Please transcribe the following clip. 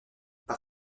par